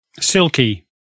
Silky